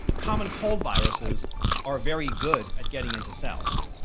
common cold viruses are very good at getting into cells.